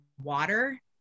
water